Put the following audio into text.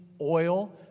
oil